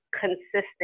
consistent